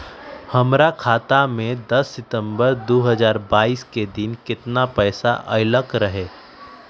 हमरा खाता में दस सितंबर दो हजार बाईस के दिन केतना पैसा अयलक रहे?